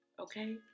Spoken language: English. okay